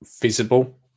visible